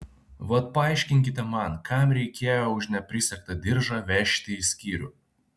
vat paaiškinkite man kam reikėjo už neprisegtą diržą vežti į skyrių